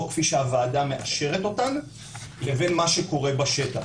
כפי שהועדה מאשרת אותן לבין מה שקורה בשטח,